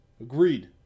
Agreed